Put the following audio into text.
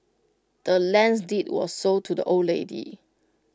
the land's deed was sold to the old lady